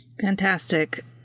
Fantastic